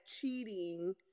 cheating